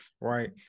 right